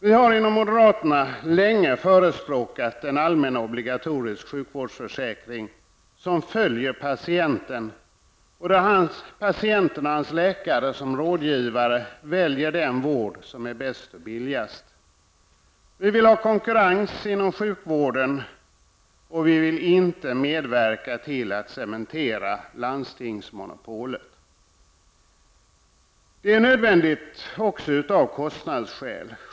Vi moderater har länge förespråkat en allmän obligatorisk sjukvårdsförsäkring som följer patienten, där han och hans läkare som rådgivare väljer den vård som är bäst och billigast. Vi vill ha konkurrens inom sjukvården. Vi vill inte medverka till att cementera landstingsmonopolet. Det är nödvändigt också av kostnadsskäl.